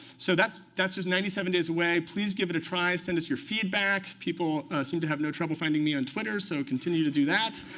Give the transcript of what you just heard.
so that's that's just ninety seven days away. please give it a try. send us your feedback. people seem to have no trouble finding me on twitter, so continue to do that.